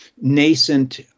nascent